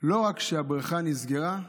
לא רק שהבריכה נסגרה,